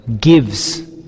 gives